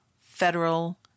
federal